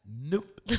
Nope